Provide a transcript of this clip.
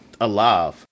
alive